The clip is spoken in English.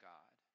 God